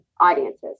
audiences